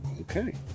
Okay